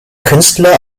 künstler